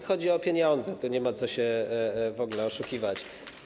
Chodzi o pieniądze, tu nie ma co się w ogóle oszukiwać.